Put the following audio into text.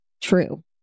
true